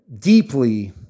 deeply